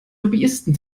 lobbyisten